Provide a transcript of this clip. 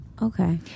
Okay